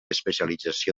especialització